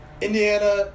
Indiana